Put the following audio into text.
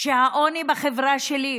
שהעוני בחברה שלי,